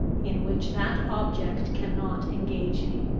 in which that object cannot engage me.